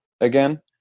again